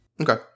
Okay